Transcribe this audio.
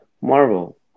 Marvel